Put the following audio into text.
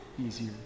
easier